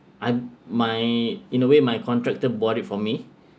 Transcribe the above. I'm my in a way my contractor bought it for me